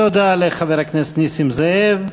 תודה לחבר הכנסת נסים זאב.